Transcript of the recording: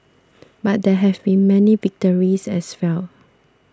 but there have been many victories as well